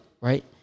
Right